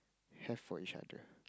have for each other